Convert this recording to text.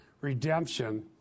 redemption